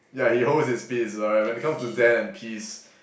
yeah he holds his peace alright when it comes to zen and peace